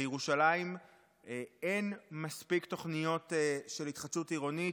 בירושלים אין מספיק תוכניות של התחדשות עירונית.